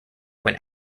went